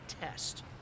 test